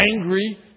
angry